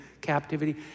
captivity